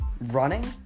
running